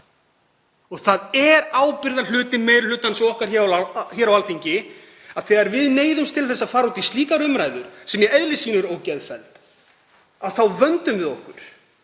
Það er ábyrgðarhluti meiri hlutans og okkar hér á Alþingi að þegar við neyðumst til að fara út í slíka umræðu, sem í eðli sínu er ógeðfelld, þá vöndum við okkur